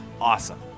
awesome